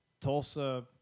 Tulsa